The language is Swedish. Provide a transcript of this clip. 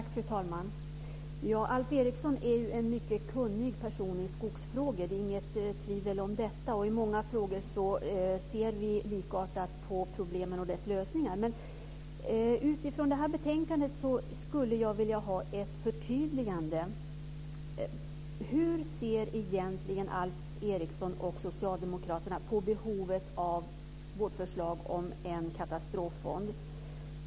Fru talman! Alf Eriksson är en person som är mycket kunnig i skogsfrågor. Det är inget tvivel om detta. I många frågor ser vi likartat på problemen och deras lösningar. Men utifrån detta betänkande skulle jag vilja ha ett förtydligande. Hur ser egentligen Alf Eriksson och socialdemokraterna på behovet av vårt förslag om en katastroffond?